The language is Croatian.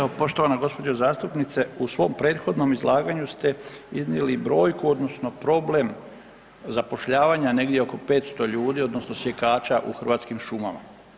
Evo poštovana gospođo zastupnice, u svom prethodnom izlaganju ste iznijeli brojku, odnosno problem zapošljavanja negdje oko 500 ljudi, odnosno sjekača u Hrvatskim šumama.